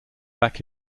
back